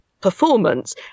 performance